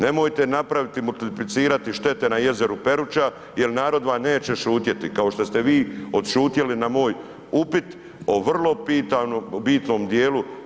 Nemojte napraviti, multiplicirati štete na jezeru Peruća jer narod vam neće šutjeti, kao što ste vi odšutjeli na moj upit o vrlo bitnom dijelu.